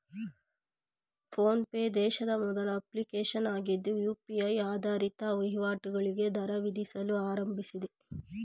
phone pay ದೇಶದ ಮೊದಲ application ಆಗಿದ್ದು ಯು.ಪಿ.ಐ ಆಧಾರಿತ ವಹಿವಾಟುಗಳಿಗೆ ದರ ವಿಧಿಸಲು ಆರಂಭಿಸಿದೆ